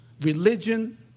religion